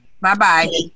Bye-bye